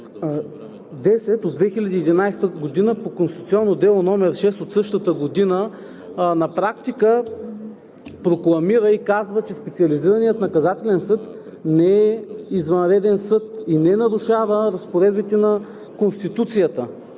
10 от 2011 г. по конституционно дело № 6 от същата година на практика прокламира и казва, че Специализираният наказателен съд не е извънреден съд и не нарушава разпоредбите на Конституцията.